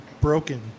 broken